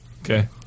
Okay